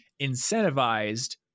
incentivized